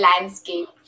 landscape